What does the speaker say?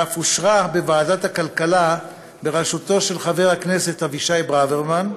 ואף אושרה בוועדת הכלכלה בראשותו של חבר הכנסת אבישי ברוורמן,